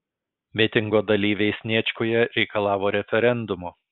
mitingo dalyviai sniečkuje reikalavo referendumo